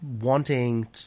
wanting